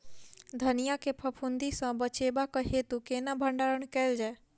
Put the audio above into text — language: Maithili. धनिया केँ फफूंदी सऽ बचेबाक हेतु केना भण्डारण कैल जाए?